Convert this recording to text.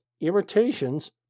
irritations